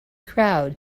crowd